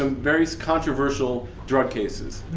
um very controversial drug cases